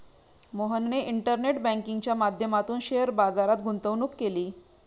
मोहनने इंटरनेट बँकिंगच्या माध्यमातून शेअर बाजारात गुंतवणूक केली